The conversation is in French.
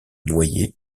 noyé